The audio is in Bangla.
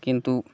কিন্তু